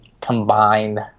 combined